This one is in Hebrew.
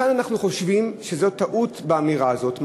כאן אנחנו חושבים שזו טעות, באמירה הזאת.